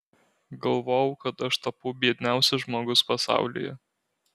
galvojau kad aš tapau biedniausias žmogus pasaulyje